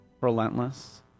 Relentless